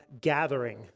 gathering